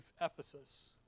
Ephesus